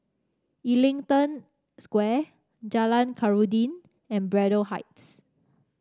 Ellington Square Jalan Khairuddin and Braddell Heights